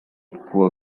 who